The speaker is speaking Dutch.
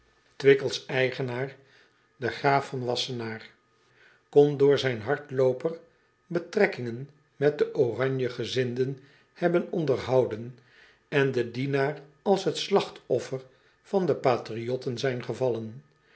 wickels eigenaar de graaf van assenaar kan door zijn hardlooper betrekkingen met de ranjegezinden hebben onderhouden en de dienaar als het slachtoffer van de atriotten zijn gevallen